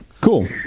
Cool